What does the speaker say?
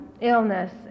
illness